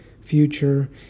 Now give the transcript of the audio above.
future